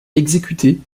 exécuter